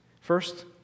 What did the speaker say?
First